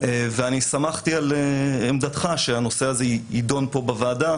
ואני סמכתי על עמדתך שהנושא הזה יידון פה בוועדה